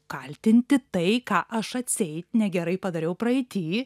kaltinti tai ką aš atseit negerai padariau praeity